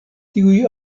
tiuj